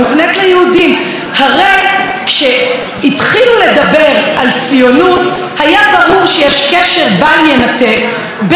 הרי כשהתחילו לדבר על ציונות היה ברור שיש קשר בל יינתק בין העם היהודי,